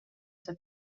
sua